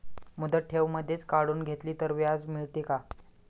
मुदत ठेव मधेच काढून घेतली तर व्याज मिळते का?